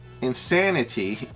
insanity